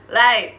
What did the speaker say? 来